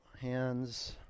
hands